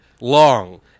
long